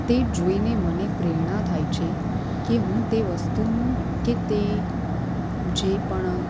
તે જોઈને મને પ્રેરણા થાય છે કે હું તે વસ્તુનું કે તે જે પણ